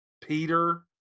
Peter